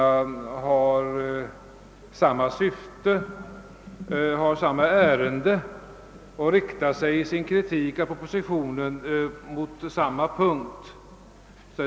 Alla dessa motioner har samma ärende och riktar sig i sin kritik av propositionen mot samma punkt.